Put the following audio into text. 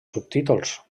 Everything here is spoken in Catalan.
subtítols